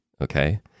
okay